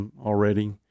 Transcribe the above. already